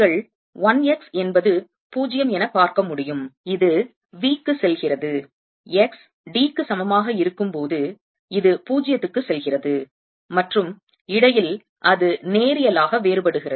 நீங்கள் 1 x என்பது 0 என பார்க்க முடியும் இது V க்கு செல்கிறது x d க்கு சமமாக இருக்கும் போது இது 0 க்கு செல்கிறது மற்றும் இடையில் அது நேரியலாக வேறுபடுகிறது